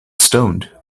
stoned